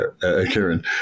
Karen